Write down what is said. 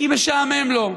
כי משעמם לו.